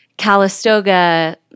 Calistoga